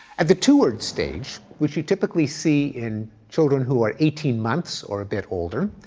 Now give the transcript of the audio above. at the two-word stage, which you typically see in children who are eighteen months or a bit older,